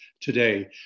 today